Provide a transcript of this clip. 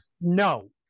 No